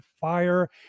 fire